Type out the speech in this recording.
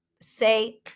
Say